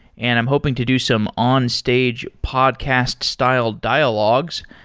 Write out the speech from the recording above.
and i'm hoping to do some on-stage podcast-style dialogues.